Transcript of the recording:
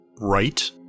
right